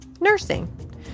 nursing